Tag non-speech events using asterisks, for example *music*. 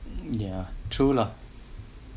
*breath* ya true lah